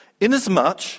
Inasmuch